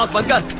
like a